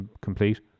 complete